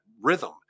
rhythm